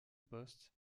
poste